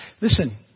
Listen